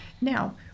Now